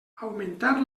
augmentar